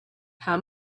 how